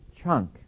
chunk